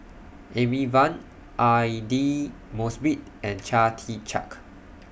Amy Van Aidli Mosbit and Chia Tee Chiak